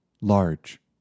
large